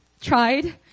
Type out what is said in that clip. tried